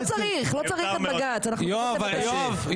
יואב,